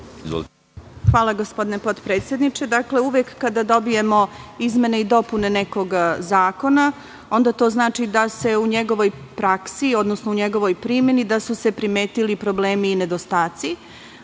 Hvala gospodine potpredsedniče. Dakle, uvek kada dobijemo izmene i dopune nekog zakona onda to znači da se u njegovoj praksi, odnosno u njegovoj primeni da su se primetili problemi i nedostaci.